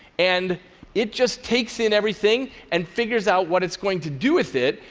and it just takes in everything and figures out what it's going to do with it,